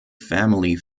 family